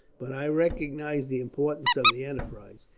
but i recognize the importance of the enterprise.